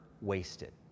wasted